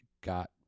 got